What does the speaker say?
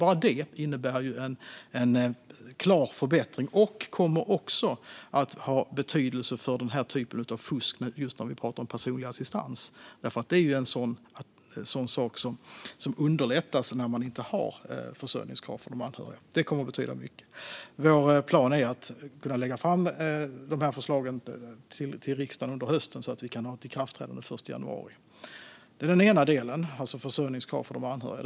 Bara detta innebär en klar förbättring och kommer också att ha betydelse för fusket med personlig assistans. Det underlättas ju när man inte har försörjningskrav för de anhöriga. Detta kommer att betyda mycket. Vår plan är att kunna lägga fram dessa förslag för riksdagen under hösten så att vi kan få ett ikraftträdande den 1 januari. Det är den ena delen, alltså försörjningskrav för de anhöriga.